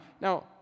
now